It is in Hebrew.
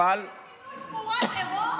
להבטיח מינוי תמורת עירום?